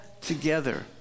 together